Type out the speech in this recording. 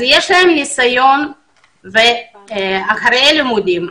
יש להם ניסיון אחרי הלימודים.